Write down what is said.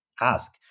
ask